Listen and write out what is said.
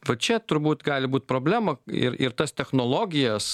va čia turbūt gali būt problema ir ir tas technologijas